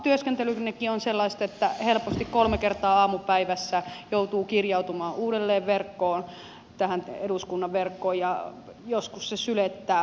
oma työskentelynikin on sellaista että helposti kolme kertaa aamupäivässä joutuu kirjautumaan uudelleen tähän eduskunnan verkkoon ja joskus se sylettää aika lailla